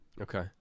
Okay